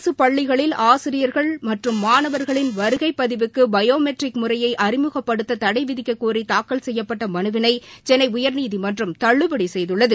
அரசுப் பள்ளிகளில் ஆசிரியர்கள் மற்றும் மாணவர்களின் வருகைப் பதிவுக்கு பயோமெட்ரிக் முறைய அறிமுகப்படுத்த தடை விதிக்க கோரி தாக்கல் செய்யப்பட்ட மனுவினை சென்னை உயர்நீதிமன்றம் தள்ளுபடி செய்துள்ளது